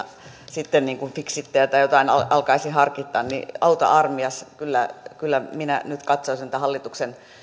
sitten fixitiä tai jotain alkaisi harkita niin auta armias kyllä kyllä minä nyt katsoisin että hallituksen